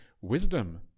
wisdom